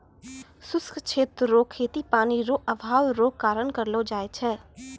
शुष्क क्षेत्र रो खेती पानी रो अभाव रो कारण करलो जाय छै